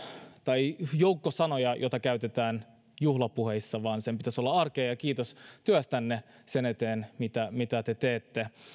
tai joukko sanoja joita käytetään juhlapuheissa vaan sen pitäisi olla arkea ja ja kiitos työstänne sen eteen mitä mitä te teette